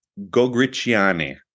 Gogrichiani